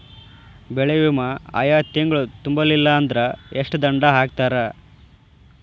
ಬೆಳೆ ವಿಮಾ ಆಯಾ ತಿಂಗ್ಳು ತುಂಬಲಿಲ್ಲಾಂದ್ರ ಎಷ್ಟ ದಂಡಾ ಹಾಕ್ತಾರ?